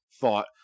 thought